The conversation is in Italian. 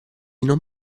non